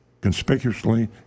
conspicuously